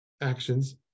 actions